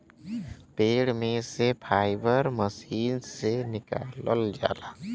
पेड़ में से फाइबर मशीन से निकालल जाला